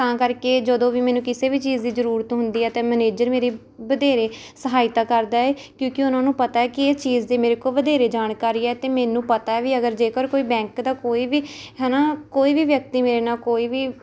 ਤਾਂ ਕਰਕੇ ਜਦੋਂ ਵੀ ਮੈਨੂੰ ਕਿਸੇ ਵੀ ਚੀਜ਼ ਦੀ ਜਰੂਰਤ ਹੁੰਦੀ ਹੈ ਅਤੇ ਮਨੇਜਰ ਮੇਰੀ ਵਧੇਰੇ ਸਹਾਇਤਾ ਕਰਦਾ ਏ ਕਿਉਂਕਿ ਉਹਨਾਂ ਨੂੰ ਪਤਾ ਹੈ ਕਿ ਇਹ ਚੀਜ਼ ਦੀ ਮੇਰੇ ਕੋਲ ਵਧੇਰੇ ਜਾਣਕਾਰੀ ਹੈ ਅਤੇ ਮੈਨੂੰ ਪਤਾ ਹੈ ਵੀ ਅਗਰ ਜੇਕਰ ਕੋਈ ਬੈਂਕ ਦਾ ਕੋਈ ਵੀ ਹੈ ਨਾ ਕੋਈ ਵੀ ਵਿਅਕਤੀ ਮੇਰੇ ਨਾਲ ਕੋਈ ਵੀ